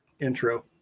Intro